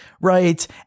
right